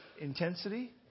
intensity